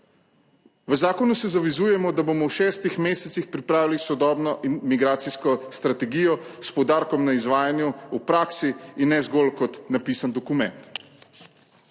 V zakonu se zavezujemo, da bomo v šestih mesecih pripravili sodobno in migracijsko strategijo s poudarkom na izvajanju v praksi in ne zgolj kot napisan dokument.